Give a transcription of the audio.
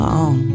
on